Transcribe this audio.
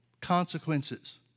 consequences